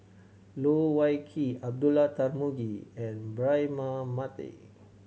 Loh Wai Kiew Abdullah Tarmugi and Braema Mathi